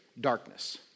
darkness